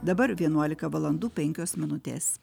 dabar vienuolika valandų penkios minutės